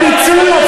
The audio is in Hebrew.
בעד, 16 נגד.